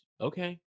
okay